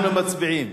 אנחנו מצביעים.